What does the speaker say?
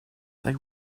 they